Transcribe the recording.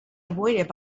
avoided